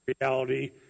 reality